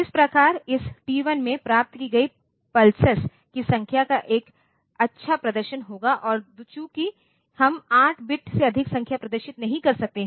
इस प्रकार इस टी 1 में प्राप्त की गई पल्सेस की संख्या का एक अच्छा प्रदर्शन होगा और चूंकि हम 8 बिट से अधिक संख्या प्रदर्शित नहीं कर सकते हैं